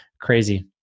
Crazy